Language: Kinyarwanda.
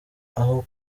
aho